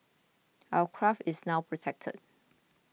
our craft is now protected